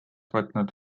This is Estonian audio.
võtnud